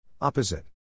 Opposite